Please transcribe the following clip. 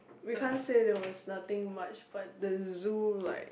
we can't say that there was nothing much but the zoo like